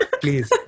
please